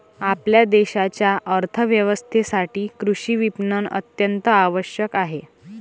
आपल्या देशाच्या अर्थ व्यवस्थेसाठी कृषी विपणन अत्यंत आवश्यक आहे